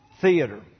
theater